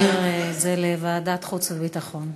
להעביר את זה לוועדת החוץ והביטחון.